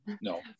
No